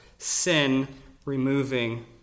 Sin-removing